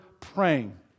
praying